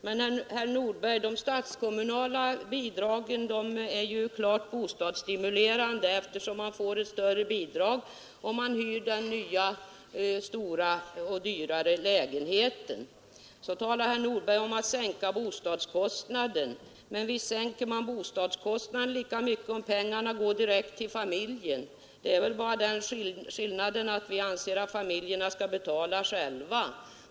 Men, herr Nordberg, de statskommunala bidragen är ju klart bostadsstimulerande, eftersom man får ett större bidrag om man hyr den nya, större och dyrare lägenheten. Vidare talar herr Nordberg om att sänka bostadskostnaden. Men visst sänker man bostadskostnaden lika mycket om pengarna går direkt till familjen. Det är väl bara den skillnaden att vi anser att familjerna skall betala själva.